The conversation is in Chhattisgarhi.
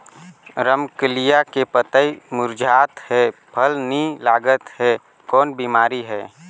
रमकलिया के पतई मुरझात हे फल नी लागत हे कौन बिमारी हे?